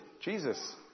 Jesus